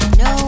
no